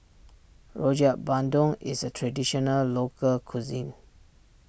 Rojak Bandung is a Traditional Local Cuisine